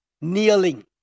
kneeling